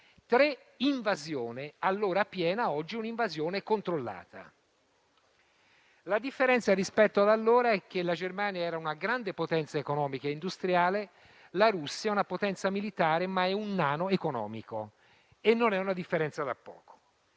l'invasione, che allora fu piena, mentre oggi è un'invasione controllata. La differenza rispetto ad allora è che la Germania era una grande potenza economica e industriale, mentre la Russia è una potenza militare, ma è un nano economico. Non è una differenza da poco.